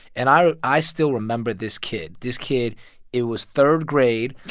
and i i still remember this kid. this kid it was third grade.